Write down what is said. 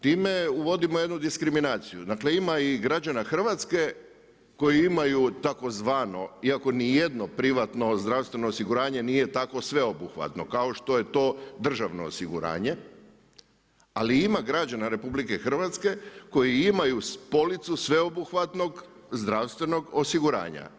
Time uvodimo jednu diskriminaciju, dakle ima i građana Hrvatske koji imaju tzv. iako nijedno privatno zdravstveno osiguranje nije tako sveobuhvatno kao što je to državno osiguranje, ali ima građana RH koji imaju policu sveobuhvatnog zdravstvenog osiguranja.